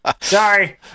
sorry